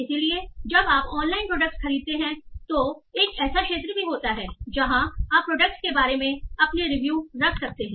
इसलिए जब आप ऑनलाइन प्रोडक्ट्स खरीदते हैं तो एक ऐसा क्षेत्र भी होता है जहां आप प्रोडक्ट् के बारे में अपनी रिव्यू रख सकते हैं